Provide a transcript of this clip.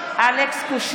(קוראת בשם חבר הכנסת) אלכס קושניר,